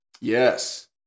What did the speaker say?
yes